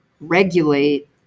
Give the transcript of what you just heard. regulate